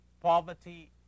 Poverty